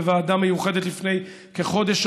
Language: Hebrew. בוועדה מיוחדת לפני כחודש,